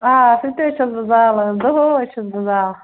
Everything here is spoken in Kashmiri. آ تسُہ تہِ حظ چھَس بہٕ زالان دُہٲے چھَس بہٕ